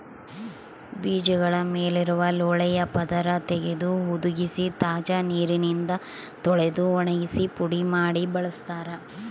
ಬೀಜಗಳ ಮೇಲಿರುವ ಲೋಳೆಯ ಪದರ ತೆಗೆದು ಹುದುಗಿಸಿ ತಾಜಾ ನೀರಿನಿಂದ ತೊಳೆದು ಒಣಗಿಸಿ ಪುಡಿ ಮಾಡಿ ಬಳಸ್ತಾರ